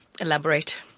elaborate